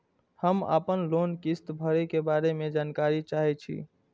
हम आपन लोन किस्त भरै के बारे में जानकारी चाहै छी?